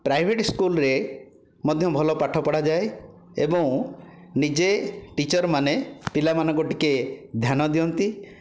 private ସ୍କୁଲରେ ମଧ୍ୟ ଭଲ ପାଠ ପଢ଼ାଯାଏ ଏବଂ ନିଜେ ଟିଚରମାନେ ପିଲାମାନଙ୍କୁ ଟିକେ ଧ୍ୟାନ ଦିଅନ୍ତି